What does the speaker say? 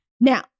Now